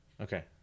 Okay